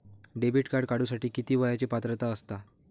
Debit card काढूसाठी किती वयाची पात्रता असतात?